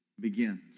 begins